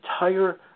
entire